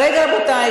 רבותי,